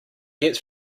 gets